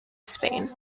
spain